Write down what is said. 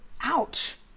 ouch